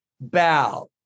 bow